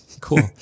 Cool